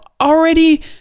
already